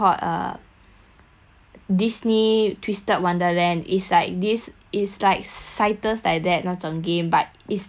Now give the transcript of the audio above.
disney twisted wonderland it's like this it's like cytus like that 那种 game but is currently only in japan only